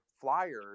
flyers